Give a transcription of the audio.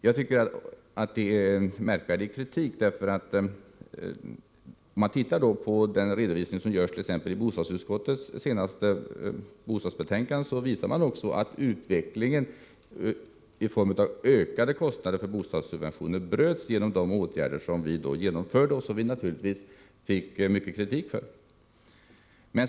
Jag tycker att det är en märkvärdig kritik. Den redovisning som görs t.ex. i ett betänkande från bostadsutskottet visar att utvecklingen i form av ökade kostnader för bostadssubventioner bröts genom de åtgärder som vi då genomförde och som vi naturligtvis fick mycket kritik för.